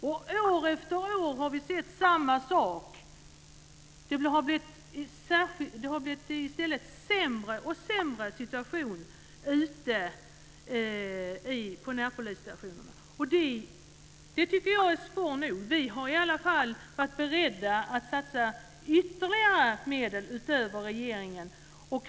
Vi har år efter år sett samma sak upprepas. Situationen har blivit sämre och sämre ute på närpolisstationerna. Jag tycker att detta är svar nog. Vi har i alla fall varit beredda att satsa ytterligare medel utöver vad regeringen vill.